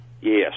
Yes